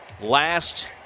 Last